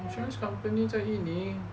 insurance companies 在旖旎